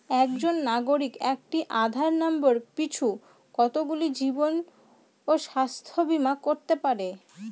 একজন নাগরিক একটি আধার নম্বর পিছু কতগুলি জীবন ও স্বাস্থ্য বীমা করতে পারে?